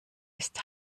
ist